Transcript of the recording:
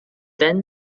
then